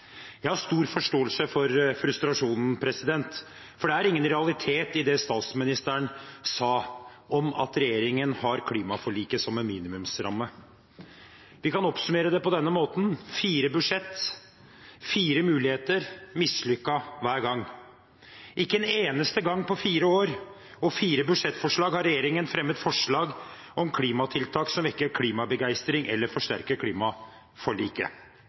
Jeg har stor forståelse for frustrasjonen, for det er ingen realitet i det statsministeren sa om at regjeringen har klimaforliket som en minimumsramme. Vi kan oppsummere det på denne måten: fire budsjetter, fire muligheter, mislykket hver gang. Ikke en eneste gang på fire år og fire budsjettforslag har regjeringen fremmet forslag om klimatiltak som vekker klimabegeistring eller forsterker klimaforliket.